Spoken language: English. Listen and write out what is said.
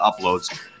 uploads